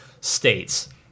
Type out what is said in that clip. states